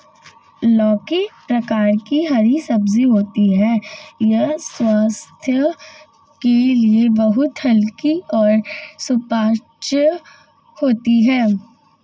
लौकी एक प्रकार की हरी सब्जी होती है यह स्वास्थ्य के लिए बहुत हल्की और सुपाच्य होती है